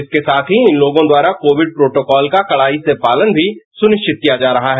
इसके साथ ही इन लोगों द्वारा कोविड प्रोटोकॉल का कड़ाई से पालन भी सुनिश्चित किया जा रहा है